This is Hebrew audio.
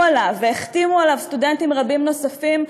עליו והחתימו עליו סטודנטים רבים נוספים,